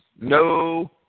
no